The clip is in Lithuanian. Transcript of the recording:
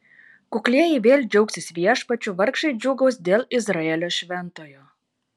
kuklieji vėl džiaugsis viešpačiu vargšai džiūgaus dėl izraelio šventojo